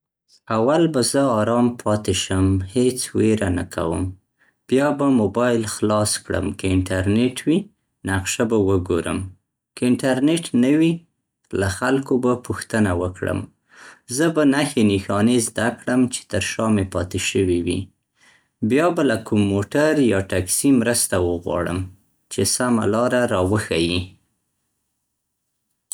اول به زه آرام پاتې شم، هیڅ ویره نه کوم. بیا به موبایل خلاص کړم که انټرنټ وي، نقشه به وګورم. که انټرنټ نه وي، له خلکو به پوښتنه وکړم. زه به نښې نښانې زده کړم چې تر شا مې پاتې شوي وي. بیا به له کوم موټر یا ټکسي مرسته وغواړم چې سمه لاره را وښيي.